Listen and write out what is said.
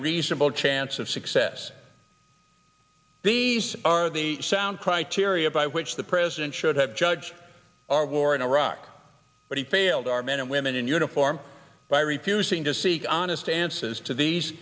reasonable chance of success these are the sound criteria by which the president should have judged our war in iraq but he failed our men and women in uniform by refusing to seek honest answers to these